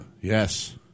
Yes